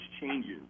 changes